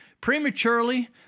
Prematurely